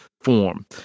form